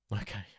Okay